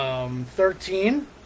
thirteen